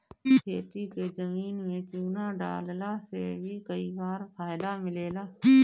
खेती के जमीन में चूना डालला से भी कई बार फायदा मिलेला